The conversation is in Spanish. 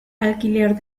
alquiler